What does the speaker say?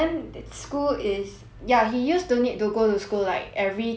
ya he just don't need to go to school like every two days per week